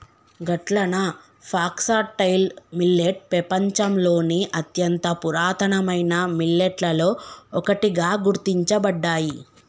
గట్లన foxtail millet పెపంచంలోని అత్యంత పురాతనమైన మిల్లెట్లలో ఒకటిగా గుర్తించబడ్డాయి